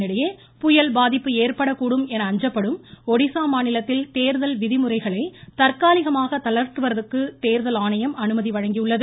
இதனிடையே புயல் பாதிப்பு ஏற்படக்கூடும் என அஞ்சப்படும் ஒடிசா மாநிலத்தில் தேர்தல் விதிமுறைகளை தந்காலிகமாக தளர்த்துவதற்கு தேர்தல் ஆணையம் அனுமதி வழங்கியுள்ளது